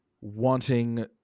wanting